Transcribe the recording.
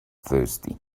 thirsty